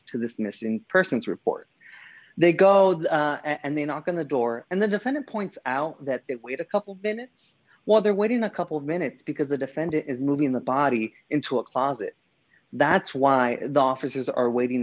to this missing persons report they go there and they knock on the door and the defendant points out that a couple minutes while they're waiting a couple of minutes because the defendant is moving the body into a closet that's why the officers are waiting